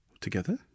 together